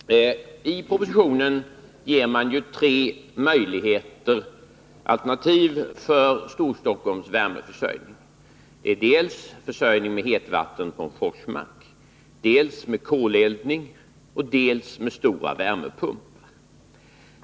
Fru talman! I propositionen ges tre alternativa möjligheter för Storstockholms värmeförsörjning. Det är dels försörjning med hetvatten från Forsmark, dels koleldning och dels stora värmepumpar.